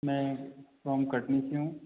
मैं फ्रॉम कटनी से हूँ